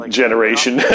generation